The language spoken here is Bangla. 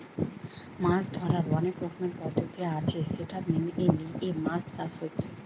মাছ ধোরার অনেক রকমের পদ্ধতি আছে সেটা মেনে লিয়ে মাছ চাষ হচ্ছে